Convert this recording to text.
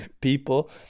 people